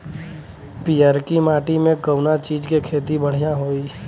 पियरकी माटी मे कउना चीज़ के खेती बढ़ियां होई?